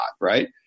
right